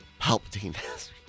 Palpatine